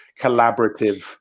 collaborative